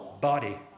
body